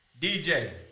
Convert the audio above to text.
DJ